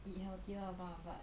eat healthier but